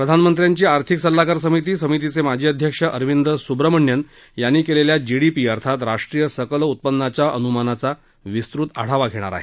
प्रधानमंत्र्यांची आर्थिक सल्लागार समिती समितीचे माजी अध्यक्ष अरविंद सुब्रमण्यन यांनी केलेल्या जीडीपी अर्थात राष्ट्रीय सकल उत्पन्नाच्या अनुमानाचा विस्तृत आढावा घेणार आहे